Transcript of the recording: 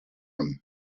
him